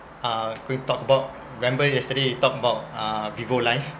uh going to talk about remember yesterday we talk about uh vivo life